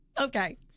okay